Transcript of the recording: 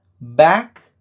back